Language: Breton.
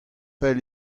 pell